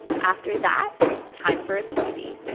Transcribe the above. after that, it's time for a smoothie.